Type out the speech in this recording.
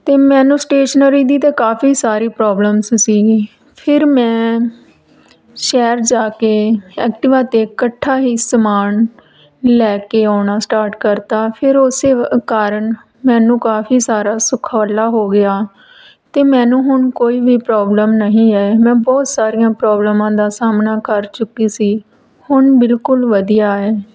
ਅਤੇ ਮੈਨੂੰ ਸਟੇਸ਼ਨਰੀ ਦੀ ਤਾਂ ਕਾਫ਼ੀ ਸਾਰੀ ਪ੍ਰੋਬਲਮਸ ਸੀਗੀ ਫਿਰ ਮੈਂ ਸ਼ਹਿਰ ਜਾ ਕੇ ਐਕਟੀਵਾ 'ਤੇ ਇਕੱਠਾ ਹੀ ਸਮਾਨ ਲੈ ਕੇ ਆਉਣਾ ਸਟਾਰਟ ਕਰਤਾ ਫਿਰ ਉਸ ਕਾਰਨ ਮੈਨੂੰ ਕਾਫ਼ੀ ਸਾਰਾ ਸੁਖਾਲਾ ਹੋ ਗਿਆ ਅਤੇ ਮੈਨੂੰ ਹੁਣ ਕੋਈ ਵੀ ਪ੍ਰੋਬਲਮ ਨਹੀਂ ਹੈ ਮੈਂ ਬਹੁਤ ਸਾਰੀਆਂ ਪ੍ਰੋਬਲਮਾਂ ਦਾ ਸਾਹਮਣਾ ਕਰ ਚੁੱਕੀ ਸੀ ਹੁਣ ਬਿਲਕੁਲ ਵਧੀਆ ਹੈ